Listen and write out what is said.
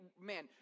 man